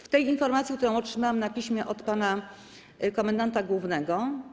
W tej informacji, którą otrzymałam na piśmie od pana komendanta głównego.